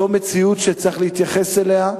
זו מציאות שצריך להתייחס אליה,